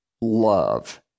love